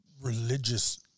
religious